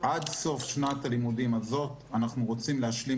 עד סוף שנת הלימודים הזאת אנחנו רוצים להשלים